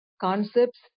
concepts